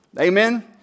Amen